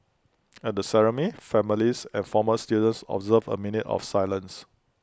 at the ceremony families and former students observed A minute of silence